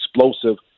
explosive